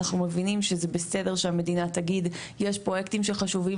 אנחנו מבינים שזה בסדר שהמדינה תגיד יש פרויקטים שחשובים